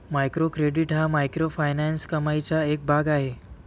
micro credit हा microfinance कमाईचा एक भाग आहे